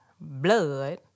blood